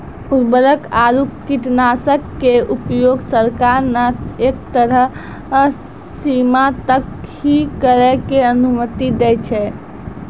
उर्वरक आरो कीटनाशक के उपयोग सरकार न एक तय सीमा तक हीं करै के अनुमति दै छै